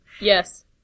Yes